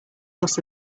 fuss